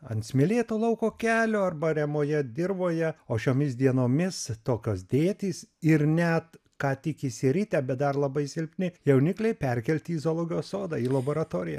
ant smėlėto lauko kelio arba ariamoje dirvoje o šiomis dienomis tokios dėtys ir net ką tik išsiritę bet dar labai silpni jaunikliai perkelti į zoologijos sodą į laboratoriją